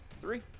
three